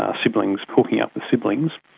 ah siblings hooking up with siblings.